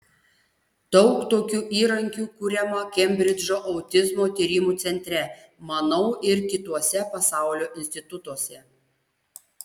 daug tokių įrankių kuriama kembridžo autizmo tyrimų centre manau ir kituose pasaulio institutuose